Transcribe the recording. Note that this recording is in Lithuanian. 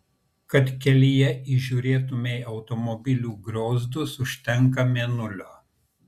kad kelyje įžiūrėtumei automobilių griozdus užtenka mėnulio